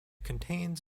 contains